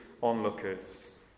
onlookers